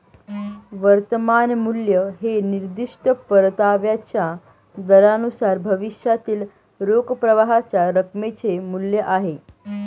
वर्तमान मूल्य हे निर्दिष्ट परताव्याच्या दरानुसार भविष्यातील रोख प्रवाहाच्या रकमेचे मूल्य आहे